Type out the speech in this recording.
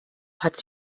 hat